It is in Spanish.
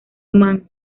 omán